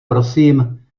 prosím